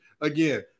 again